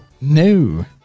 No